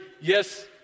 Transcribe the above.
yes